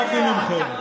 להבדיל מכם.